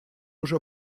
уже